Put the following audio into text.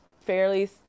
fairly